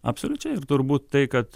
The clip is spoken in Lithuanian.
absoliučiai ir turbūt tai kad